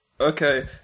Okay